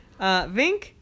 Vink